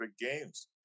games